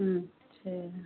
अच्छा